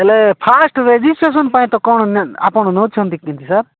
ହେଲେ fast registration ପାଇଁ ତ କ'ଣ ଆପଣ ନେଉଛନ୍ତି କେମିତି ସାର୍